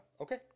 okay